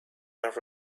and